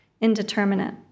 indeterminate